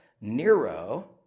Nero